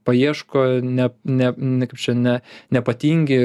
paieško ne ne ne kaip čia ne nepatingi